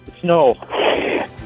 snow